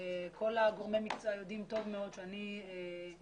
כל גורמי המקצוע יודעים טוב מאוד שאני לא